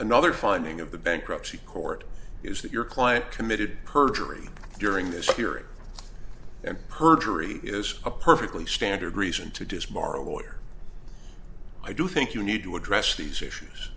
another finding of the bankruptcy court is that your client committed perjury during this period and perjury is a perfectly standard reason to do smart lawyer i do think you need to address these issues